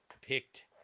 picked